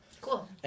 Cool